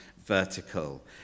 vertical